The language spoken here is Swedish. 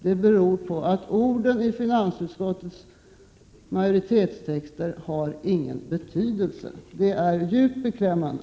Det beror på att orden i finansutskottets majoritetstexter inte har någon betydelse. Det är djupt beklämmande.